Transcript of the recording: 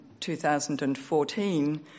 2014